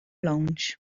launch